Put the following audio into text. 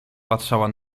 patrzała